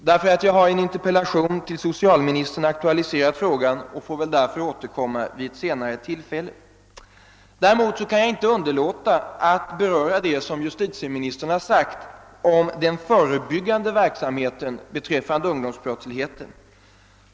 Jag har nämligen i en interpellation till socialministern aktualiserat frågan och får väl därför återkomma vid ett senare tillfälle. Däremot kan jag inte underlåta att beröra det som justitieministern har sagt om den förebyggande verksamheten beträffande ungdomsbrottsligheten.